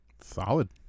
Solid